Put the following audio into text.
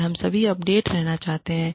और हम सभी अपडेट रहना चाहते हैं